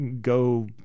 go